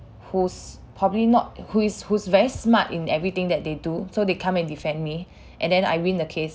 who's probably not who is who's very smart in everything that they do so they come and defend me and then I win the case